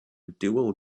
dual